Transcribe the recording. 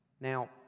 Now